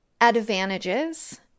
advantages